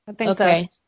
okay